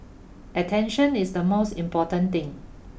attention is the most important thing